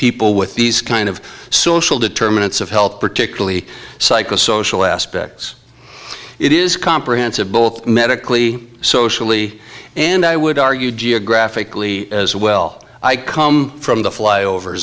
people with these kind of social determinants of health particularly psychosocial aspects it is comprehensive both medically socially and i would argue geographically as well i come from the flyover